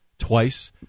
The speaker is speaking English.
Twice